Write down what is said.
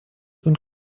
und